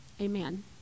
Amen